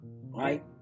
Right